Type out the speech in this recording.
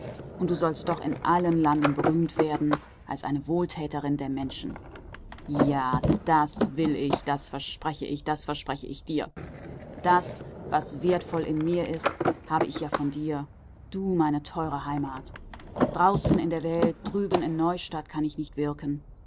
und du sollst doch in allen landen berühmt werden als eine wohltäterin der menschen ja das will ich das verspreche ich das verspreche ich dir das was wertvoll in mir ist habe ich ja von dir du meine teure heimat draußen in der welt drüben in neustadt kann ich nicht wirken